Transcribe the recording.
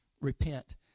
repent